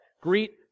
Greet